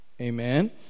Amen